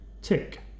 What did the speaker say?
Tick